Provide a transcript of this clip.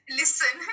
listen